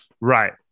right